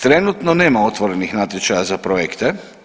Trenutno nema otvorenih natječaja za projekte.